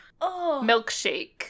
milkshake